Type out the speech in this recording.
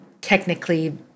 technically